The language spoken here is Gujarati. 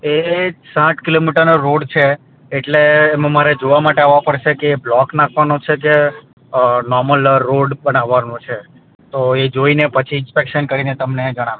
એ સાઠ કિલોમીટરનો રોડ છે એટલે એમાં મારે જોવા માટે આવવા પડશે કે બ્લોક નાખવાનો છે જે કે ર્નોમલ રોડ બનાવાનો છે તો એ જોઈ ને પછી ઇન્સ્પેકશન કરીને તમને જણાવીશ